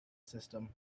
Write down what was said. system